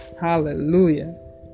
Hallelujah